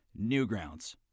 Newgrounds